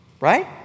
right